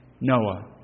Noah